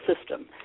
system